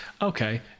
okay